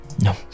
No